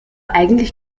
eigentlich